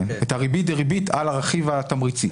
כן, את הריבית דריבית על הרכיב התמריצי.